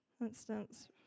Instance